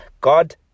God